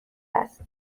است